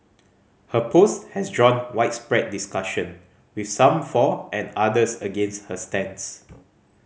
her post has drawn widespread discussion with some for and others against her stance